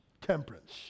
temperance